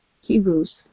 Hebrews